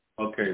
Okay